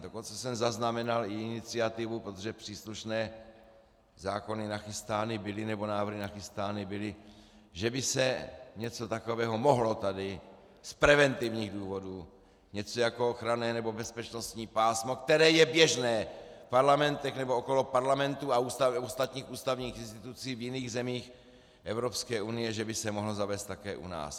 Dokonce jsem zaznamenal i iniciativu, protože příslušné zákony nachystány byly, nebo návrhy nachystány byly, že by se něco takového mohlo tady z preventivních důvodů, něco jako ochranné nebo bezpečnostní pásmo, které je běžné v parlamentech nebo okolo parlamentů a ostatních ústavních institucí v jiných zemích Evropské unie, že by se mohlo zavést také u nás.